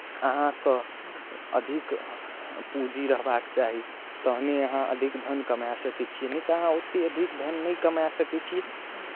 अहाँके अधिक पूँजी रहबाक चाही तहने अहाँ अधिक धन कमाए सकै छियै नहि तऽ अहाँ ओतेक अधिक धन नहि कमाए सकै छियै